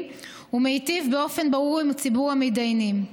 ומיטיב באופן ברור עם ציבור המתדיינים.